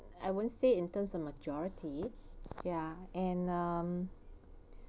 I won't say in terms of majority ya and uh um